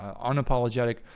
unapologetic